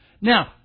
Now